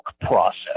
process